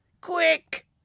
quick